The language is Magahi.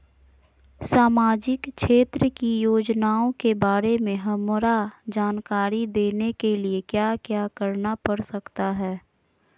सामाजिक क्षेत्र की योजनाओं के बारे में हमरा जानकारी देने के लिए क्या क्या करना पड़ सकता है?